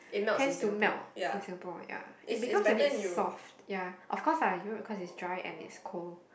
tends to melt in Singapore ya it becomes a bit soft ya of course lah you of course is dry and is cold